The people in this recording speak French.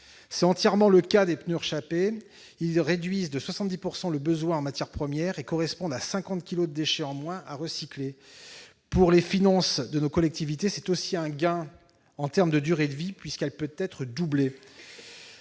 C'est entièrement le cas des pneus rechapés, qui réduisent de 70 % le besoin en matières premières et correspondent à 50 kilos de déchets en moins à recycler. Pour les finances de nos collectivités, c'est aussi un gain en termes de durée de vie, puisque celle-ci peut être doublée.